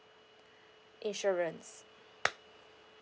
insurance